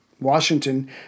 Washington